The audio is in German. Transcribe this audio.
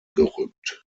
gerückt